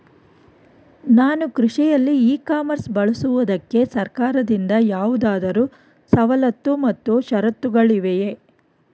ನಾನು ಕೃಷಿಯಲ್ಲಿ e commerce ಬಳಸುವುದಕ್ಕೆ ಸರ್ಕಾರದಿಂದ ಯಾವುದಾದರು ಸವಲತ್ತು ಮತ್ತು ಷರತ್ತುಗಳಿವೆಯೇ?